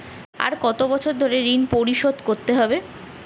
আর কত বছর ধরে ঋণ পরিশোধ করতে হবে?